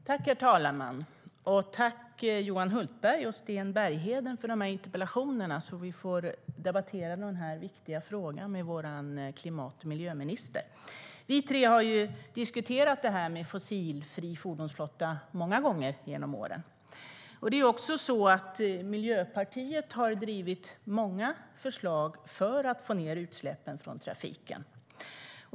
Herr talman! Jag tackar Johan Hultberg och Sten Bergheden för interpellationerna som ger oss möjlighet att debattera denna viktiga fråga med vår klimat och miljöminister. Vi tre har diskuterat en fossilfri fordonsflotta många gånger genom åren. Miljöpartiet har drivit många förslag för att få ned utsläppen från trafiken.